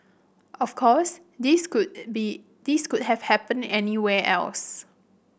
of course this could be this could have happened anywhere else